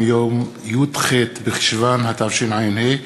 נסתיים הזמן.